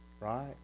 right